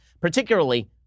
particularly